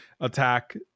attack